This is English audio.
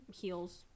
heels